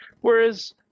Whereas